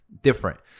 different